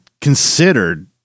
considered